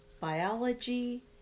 biology